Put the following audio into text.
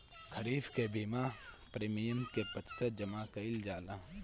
खरीफ के बीमा प्रमिएम क प्रतिशत जमा कयील जाला?